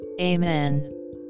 Amen